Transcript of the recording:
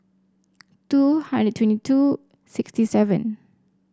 two hundred twenty two sixty seven